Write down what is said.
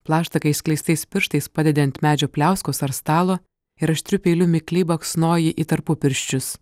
plaštaką išskleistais pirštais padedi ant medžio pliauskos ar stalo ir aštriu peiliu mikliai baksnoji į tarpupirščius